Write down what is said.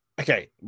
Okay